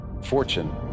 Fortune